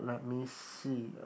let me see